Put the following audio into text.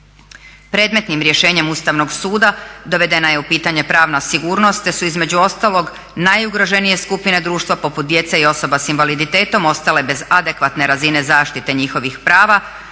Predmetnim rješenjem Ustavnog suda dovedena je u pitanje pravna sigurnost, te su između ostalog najugroženije skupine društva poput djece i osoba sa invaliditetom ostale bez adekvatne razine zaštite njihovih prava